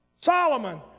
Solomon